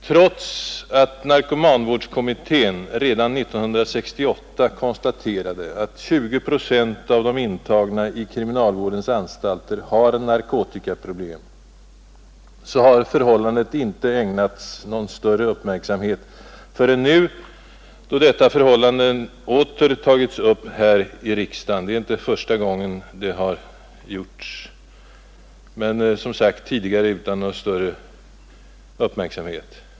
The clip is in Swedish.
Trots att narkomanvårdskommittén redan 1968 konstaterade att 20 procent av de intagna i kriminalvårdens anstalter har narkotikaproblem har förhållandet inte ägnats någon större uppmärksamhet förrän nu, då detta förhållande åter tagits upp här i riksdagen. Det är inte första gången, men det har, som sagt, tidigare gjorts utan någon större uppmärksamhet.